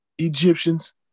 Egyptians